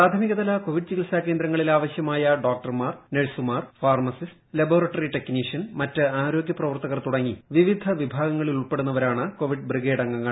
പ്രാഥമിക തല കോവിഡ് ചികിത്സാ കേന്ദ്രങ്ങളിൽ ആവശ്യമായ ഡോക്ടർമാർ നഴ് സുമാർ ഫാർമസിസ്റ്റ് ലബോറട്ടറി ടെക്നീഷ്യൻ മറ്റ് ് ആരോഗ്യ പ്രവർത്തകർ തുടങ്ങി വിവിധ വിഭാഗങ്ങളിൽ ഉൾപ്പെടുന്നവരാണ് കോവിഡ് ബ്രിഗേഡ് അംഗങ്ങൾ